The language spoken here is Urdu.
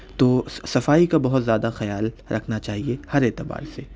تو صفائی کا بہت زیادہ خیال رکھنا چاہیے ہر اعتبار سے